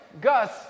Gus